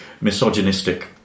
misogynistic